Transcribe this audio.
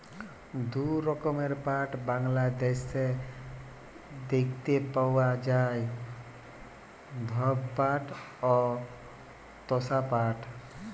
দু রকমের পাট বাংলাদ্যাশে দ্যাইখতে পাউয়া যায়, ধব পাট অ তসা পাট